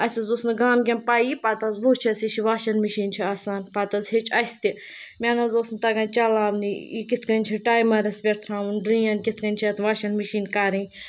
اَسہِ حظ اوس نہٕ گامکٮ۪ن پَیی پَتہٕ حظ وٕچھ اَسہِ یہِ چھِ واشَن مِشیٖن چھِ آسان پَتہٕ حظ ہیٚچھ اَسہِ تہِ مےٚ نہ حظ اوس نہٕ تگان چَلاونٕے یہِ کِتھ کٔنۍ چھِ ٹایمرَس پٮ۪ٹھ تھاوُن ڈرٛین کِتھ کٔنۍ چھےٚ اَتھ واشَن مِشیٖن کَرٕنۍ